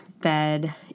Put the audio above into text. bed